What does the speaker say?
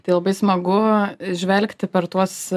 tai labai smagu žvelgti per tuos